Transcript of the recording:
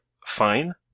fine